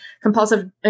compulsive